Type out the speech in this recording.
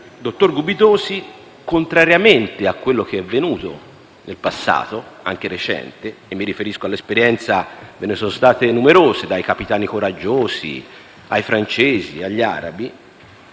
dottor Gubitosi, contrariamente a quello che è avvenuto nel passato anche recente (mi riferisco alle numerose esperienze che si sono susseguite, dai "capitani coraggiosi", ai francesi, agli arabi)